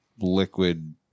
Liquid